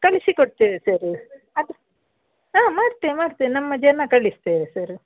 ಕಳಿಸಿ ಕೊಡ್ತೇವೆ ಸರ್ ಅದು ಹಾಂ ಮಾಡ್ತೇವೆ ಮಾಡ್ತೇವೆ ನಮ್ಮ ಜನ ಕಳಿಸ್ತೇವೆ ಸರ್